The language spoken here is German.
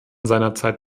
seinerzeit